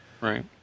Right